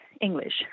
English